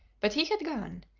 but he had gone,